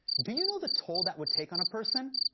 do you know the toll that would take on a person?